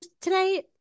today